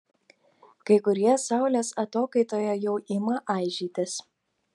kai kurie saulės atokaitoje jau ima aižytis